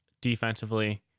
defensively